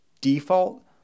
default